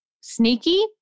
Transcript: Sneaky